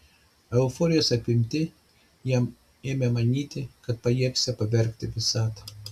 euforijos apimti jie ėmė manyti kad pajėgsią pavergti visatą